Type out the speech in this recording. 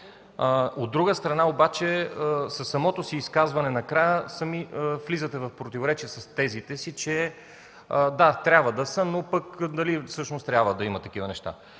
От друга страна обаче със самото си изказване накрая сами влизате в противоречие с тезите си, че да, трябва да са, но дали всъщност трябва да има такива неща?